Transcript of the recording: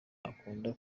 akunda